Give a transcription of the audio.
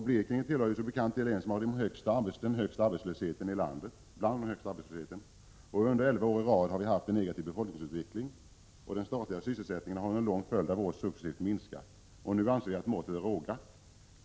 Blekinge tillhör som bekant de län som har den högsta arbetslösheten i landet. Under elva år i rad har vi haft en negativ befolkningsutveckling. Den statliga sysselsättningen har under en lång följd av år successivt minskat. Nu anser vi att måttet är rågat.